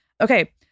Okay